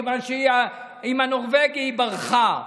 מכיוון שהיא עם הנורבגי ברחה.